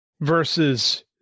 versus